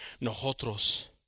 nosotros